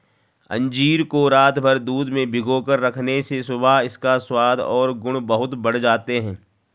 अंजीर को रातभर दूध में भिगोकर रखने से सुबह इसका स्वाद और गुण बहुत बढ़ जाते हैं